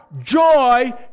joy